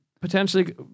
Potentially